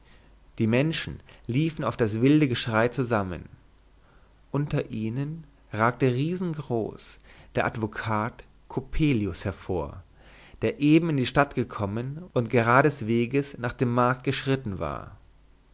die menschen liefen auf das wilde geschrei zusammen unter ihnen ragte riesengroß der advokat coppelius hervor der eben in die stadt gekommen und gerades weges nach dem markt geschritten war